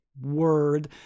word